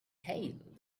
hailed